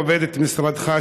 עובדת משרדך,